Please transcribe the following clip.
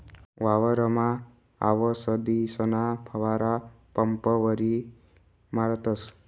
वावरमा आवसदीसना फवारा पंपवरी मारतस